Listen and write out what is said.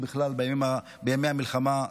ובכלל בימי המלחמה,